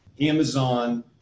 Amazon